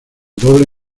doble